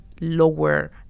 lower